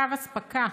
'קו אספקה'